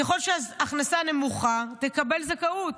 ככל שההכנסה נמוכה תקבל זכאות.